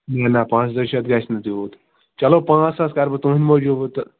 نہَ نہَ پانٛژھ ترٕٛہ شَتھ گژھِ نہٕ تیٛوٗت چلو پانٛژھ ساس کَرٕ بہٕ تُہٕنٛدِ موٗجوٗب تہٕ